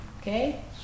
Okay